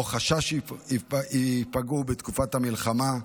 או שיש חשש שייפגע, בתקופת המלחמה,